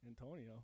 Antonio